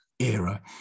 Era